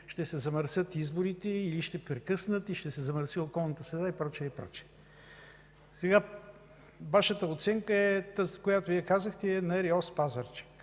ще се замърсят изворите или ще прекъснат и ще се замърси околната среда и прочие, и прочие. Вашата оценка – тази, която казахте, е на РИОСВ – Пазарджик.